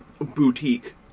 boutique